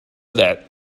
that